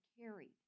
carried